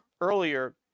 earlier